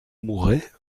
mouret